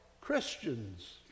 Christians